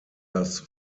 das